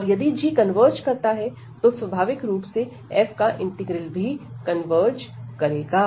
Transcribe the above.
और यदि g converge करता है तो स्वाभाविक रूप से f का इंटीग्रल भी कन्वर्ज करेगा